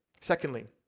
Secondly